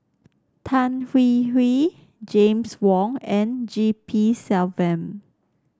Tan Hwee Hwee James Wong and G P Selvam